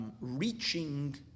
Reaching